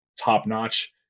top-notch